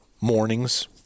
mornings